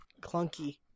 clunky